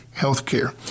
Healthcare